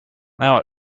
now